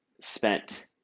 spent